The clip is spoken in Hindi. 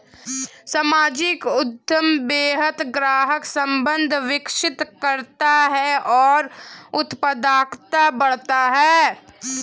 सामाजिक उद्यम बेहतर ग्राहक संबंध विकसित करता है और उत्पादकता बढ़ाता है